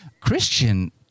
Christian